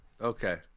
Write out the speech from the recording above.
Okay